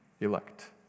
elect